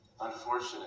unfortunate